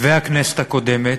והכנסת הקודמת,